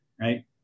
right